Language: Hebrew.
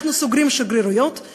אנחנו סוגרים שגרירויות,